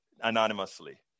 anonymously